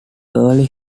early